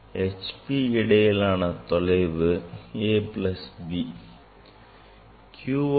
HP இடையிலான தொலைவு a plus b ஆகும்